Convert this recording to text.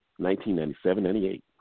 1997-98